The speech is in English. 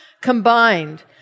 combined